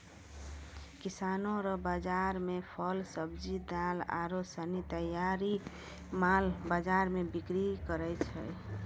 किसानो रो बाजार मे फल, सब्जी, दाल आरू सनी तैयार माल बाजार मे बिक्री करै छै